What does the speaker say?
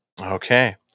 Okay